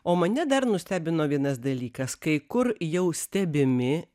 o mane dar nustebino vienas dalykas kai kur jau stebimi